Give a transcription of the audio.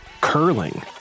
curling